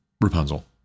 Rapunzel